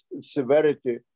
severity